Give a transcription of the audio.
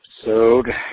episode